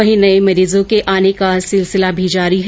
वहीं नये मरीजों के आने का सिलसिला भी जारी है